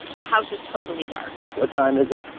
the house is totally dark what time is it?